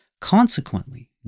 Consequently